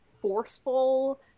forceful